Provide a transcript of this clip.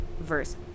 verse